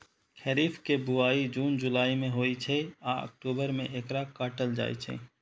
खरीफ के बुआई जुन जुलाई मे होइ छै आ अक्टूबर मे एकरा काटल जाइ छै